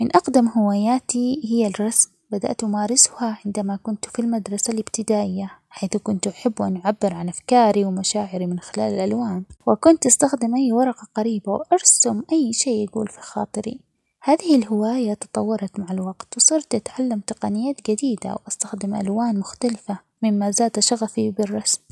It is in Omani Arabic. من أقدم هواياتي هي الرسم بدأت أمارسها عندما كنت في المدرسة الابتدائية ،حيث كنت أحب أن أعبر عن أفكاري ،ومشاعري من خلال الألوان ،وكنت أستخدم أي ورقة قريبة ،وأرسم أي شيء يجول في خاطري ،هذه الهواية تطورت مع الوقت ،وصرت أتعلم تقنيات جديدة وأستخدم ألوان مختلفة، مما زاد شغفي بالرسم.